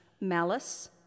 malice